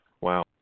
Wow